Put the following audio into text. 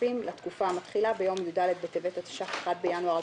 השוטפים לתקופה המתחילה ביום י"ד בטבת התשע"ח (1 בינואר 2018)